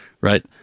right